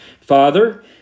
father